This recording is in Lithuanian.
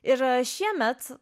ir šiemet